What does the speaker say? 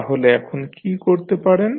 তাহলে এখন কী করতে পারেন